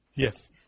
Yes